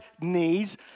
knees